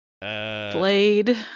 Blade